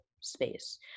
space